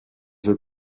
veux